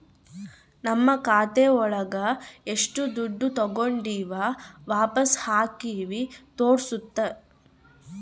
ನಮ್ ಖಾತೆ ಒಳಗ ಎಷ್ಟು ದುಡ್ಡು ತಾಗೊಂಡಿವ್ ವಾಪಸ್ ಹಾಕಿವಿ ತೋರ್ಸುತ್ತೆ